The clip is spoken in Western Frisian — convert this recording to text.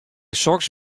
soks